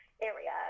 area